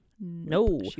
No